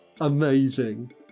Amazing